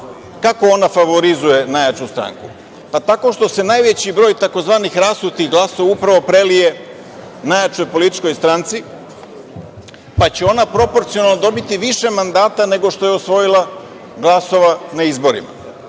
Kako ona favorizuje najjaču stranku? Pa tako što se najveći broj tzv. rasutih glasova upravo prelije najjačoj političkoj stranci, pa će ona proporcionalno dobiti više mandata nego što je osvojila glasova na izborima.